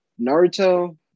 Naruto